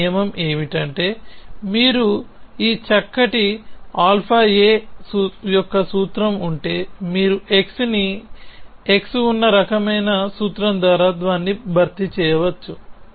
ఈ నియమం ఏమిటంటే మీకు ఈ చక్కటి αa యొక్క సూత్రం ఉంటే మీరు x ని x ఉన్న రకమైన సూత్రం ద్వారా దాన్ని భర్తీ చేయవచ్చు